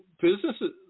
businesses